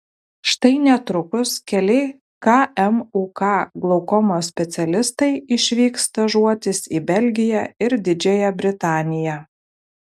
štai netrukus keli kmuk glaukomos specialistai išvyks stažuotis į belgiją ir didžiąją britaniją